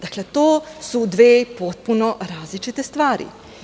Dakle, to su dve potpuno različite stvari.